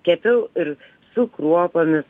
kepiau ir su kruopomis